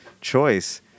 choice